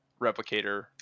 replicator